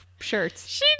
shirts